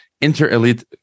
inter-elite